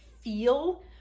feel